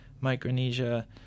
Micronesia